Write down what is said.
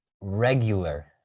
regular